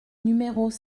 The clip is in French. numéros